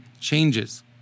changes